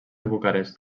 bucarest